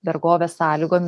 vergovės sąlygom